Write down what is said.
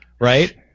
right